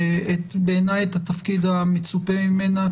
בעיניי, את התפקיד המצופה ממנה.